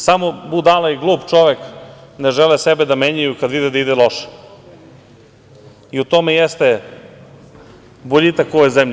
Samo budala i glup čovek ne žele sebe da menjaju kad vide da ide loše i u tome jeste boljitak u ovoj zemlji.